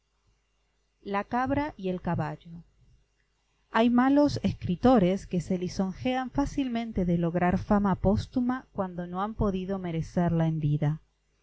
la cabra y el caballo hay malos escritores que se lisonjean fácilmente de lograr fama póstuma cuando no han podido merecerla en vida